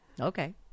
Okay